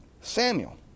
Samuel